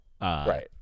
right